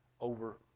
over